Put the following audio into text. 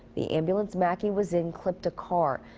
the ambulance mackey was in clipped a car.